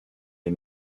des